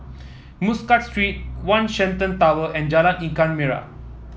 Muscat Street One Shenton Tower and Jalan Ikan Merah